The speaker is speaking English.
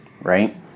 right